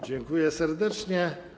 Dziękuję serdecznie.